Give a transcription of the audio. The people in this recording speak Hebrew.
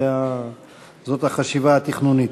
זאת החשיבה התכנונית.